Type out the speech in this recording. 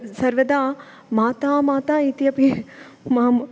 सर्वदा माता माता इत्यपि माम्